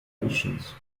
relations